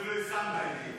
ואפילו הסכמת איתי.